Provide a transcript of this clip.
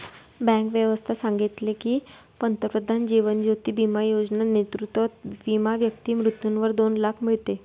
bank व्यवस्था सांगितले की, पंतप्रधान जीवन ज्योती बिमा योजना नेतृत्वात विमा व्यक्ती मृत्यूवर दोन लाख मीडते